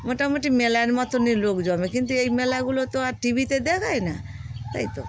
মোটামুটি মেলার মতোনই লোক জমে কিন্তু এই মেলাগুলো তো আর টি ভিতে দেখায় না তাই তো